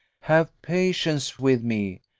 have patience with me,